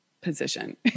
position